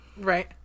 right